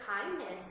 kindness